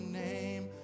name